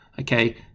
okay